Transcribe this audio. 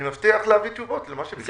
אני מבטיח להביא תשובות למה שביקשת.